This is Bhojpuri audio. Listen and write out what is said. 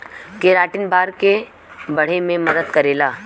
केराटिन बार के बढ़े में मदद करेला